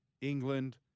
England